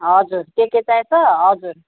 हजुर के के चाहिन्छ हजुर